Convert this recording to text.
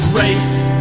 race